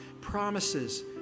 promises